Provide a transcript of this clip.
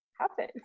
happen